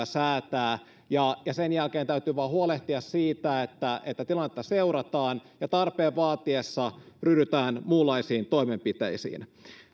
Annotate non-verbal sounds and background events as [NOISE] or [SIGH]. [UNINTELLIGIBLE] säätää ja ja sen jälkeen täytyy vain huolehtia siitä että että tilannetta seurataan ja tarpeen vaatiessa ryhdytään muunlaisiin toimenpiteisiin